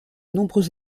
nombreux